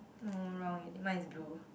no wrong already mine is blue